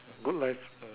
good life